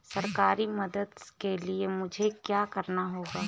सरकारी मदद के लिए मुझे क्या करना होगा?